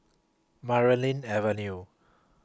Marlene Avenue